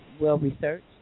well-researched